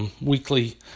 weekly